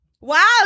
Wow